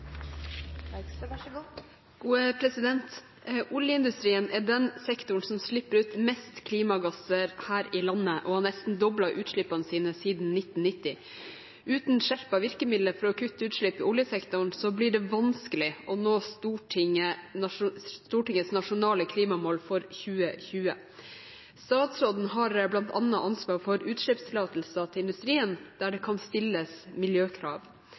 har nesten doblet sine utslipp siden 1990. Uten skjerpede virkemidler for å kutte utslipp i oljesektoren er det liten realisme i å nå Stortingets nasjonale klimamål for 2020. Statsråden har blant annet ansvar for utslippstillatelser til industrien, der det kan stilles miljøkrav.